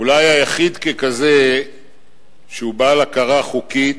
אולי היחיד ככזה שהוא בעל הכרה חוקית,